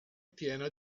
piena